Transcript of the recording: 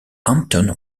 hampton